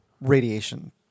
radiation